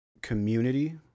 community